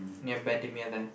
near Bendemeer there